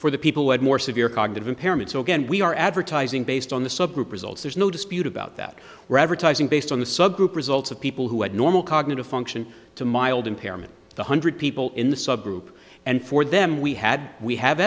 for the people who had more severe cognitive impairment so again we are advertising based on the subgroup results there's no dispute about that we're advertising based on the subgroup results of people who had normal cognitive function to mild impairment one hundred people in the subgroup and for them we had we have